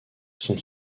son